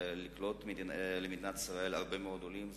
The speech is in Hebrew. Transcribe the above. לקלוט במדינת ישראל הרבה מאוד עולים.